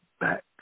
Back